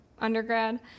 undergrad